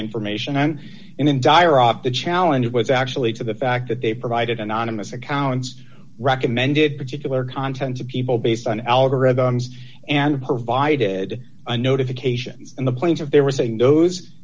information and in dire off the challenge it was actually to the fact that they provided anonymous accounts recommended particular content to people based on algorithms and provided a notification and the point of they were saying those